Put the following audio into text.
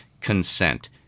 consent